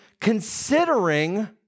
considering